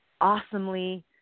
awesomely –